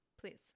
Please